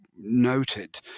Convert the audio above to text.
noted